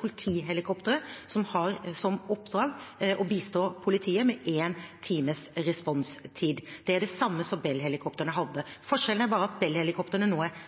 politihelikoptre som har som oppdrag å bistå politiet med én times responstid. Det er det samme som Bell-helikoptrene hadde. Forskjellen er bare at Bell-helikoptrene nå er